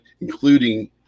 including